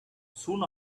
soon